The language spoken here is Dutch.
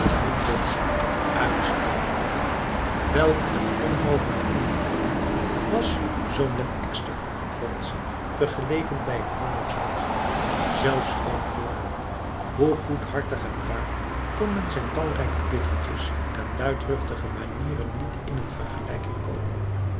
beviel betsy uitstekend welk een onmogelijk individu was zo'n den ekster vond ze vergeleken bij een man als deze zelfs oom borne hoe goedhartig en braaf kon met zijn talrijke bittertjes en luidruchtige manieren niet in een vergelijking komen